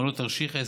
מעלות תרשיחא,